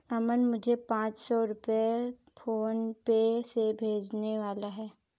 अमन मुझे पांच सौ रुपए फोनपे से भेजने वाला है